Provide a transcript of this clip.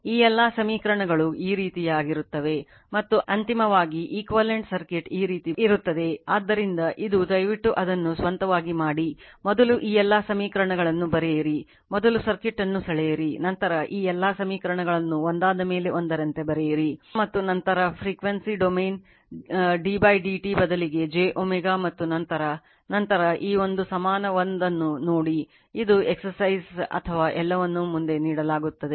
ಈ ಎಲ್ಲಾ ಸಮೀಕರಣಗಳು ಈ ರೀತಿಯಾಗಿರುತ್ತವೆ ಮತ್ತು ಅಂತಿಮವಾಗಿ equivalent ಡೊಮೇನ್ ddt ಬದಲಿಗೆ j ω ಮತ್ತು ನಂತರ ನಂತರ ಈ ಒಂದು ಸಮಾನ 1 ಅನ್ನು ನೋಡಿ ಇದು ಎಕ್ಸಸೈಜ್ ಅಥವಾ ಎಲ್ಲವನ್ನೂ ಮುಂದೆ ನೀಡಲಾಗುತ್ತದೆ